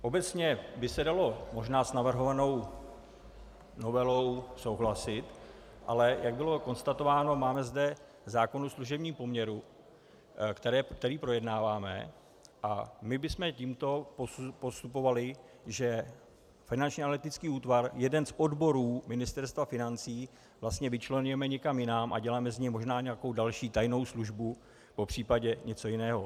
Obecně by se dalo možná s navrhovanou novelou souhlasit, ale jak bylo konstatováno, máme zde zákon o služebním poměru, který projednáváme, a my bychom tímto postupovali, že Finanční analytický útvar, jeden z odborů Ministerstva financí, vlastně vyčleňujeme někam jinam a děláme z něj možná nějakou další tajnou službu, popřípadě něco jiného.